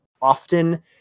Often